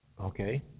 Okay